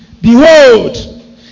Behold